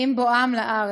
עם בואם לארץ.